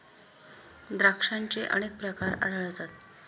द्राक्षांचे अनेक प्रकार आढळतात